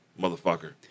motherfucker